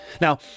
Now